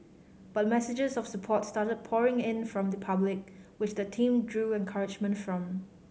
but messages of support started pouring in from the public which the team drew encouragement from